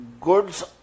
goods